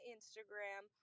Instagram